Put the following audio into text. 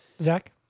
zach